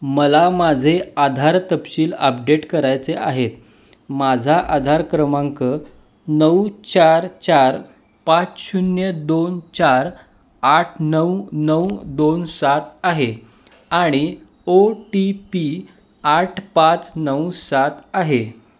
मला माझे आधार तपशील अपडेट करायचे आहेत माझा आधार क्रमांक नऊ चार चार पाच शून्य दोन चार आठ नऊ नऊ दोन सात आहे आणि ओ टी पी आठ पाच नऊ सात आहे